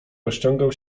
rozciągał